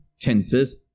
tenses